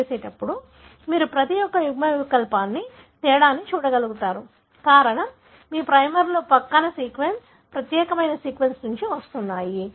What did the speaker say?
మీరు PCR చేసినప్పుడు మీరు ప్రతి యుగ్మవికల్పానికి తేడాను చూడగలుగుతారు కారణం మీ ప్రైమర్లు పక్క సీక్వెన్స్ ప్రత్యేకమైన సీక్వెన్స్ నుండి వస్తున్నాయి